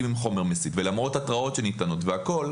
עם חומר מסית ולמרות התרעות שניתנות והכול,